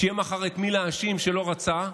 שיהיה מחר את מי להאשים שלא רצה,